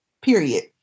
period